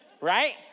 right